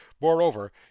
moreover